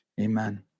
amen